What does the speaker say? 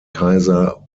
kaiser